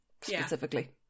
specifically